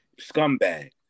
scumbag